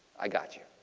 i got you.